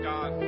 God